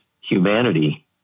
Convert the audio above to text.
humanity